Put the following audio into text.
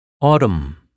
Autumn